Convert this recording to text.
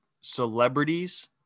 celebrities